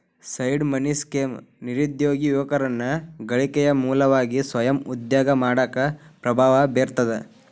seed money scheme ನಿರುದ್ಯೋಗಿ ಯುವಕರನ್ನ ಗಳಿಕೆಯ ಮೂಲವಾಗಿ ಸ್ವಯಂ ಉದ್ಯೋಗ ಮಾಡಾಕ ಪ್ರಭಾವ ಬೇರ್ತದ